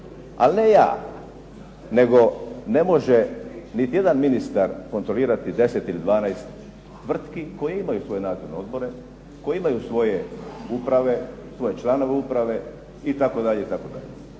ali ne ja, nego ne može niti jedan ministar kontrolirati 10 ili 12 tvrtki koje imaju svoje nadzorne odbore, koje imaju svoje uprave, svoje članove uprave, itd.,